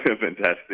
fantastic